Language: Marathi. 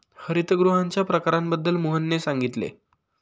हरितगृहांच्या प्रकारांबद्दल मोहनने सांगितले